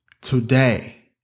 Today